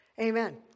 Amen